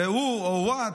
זה who או what.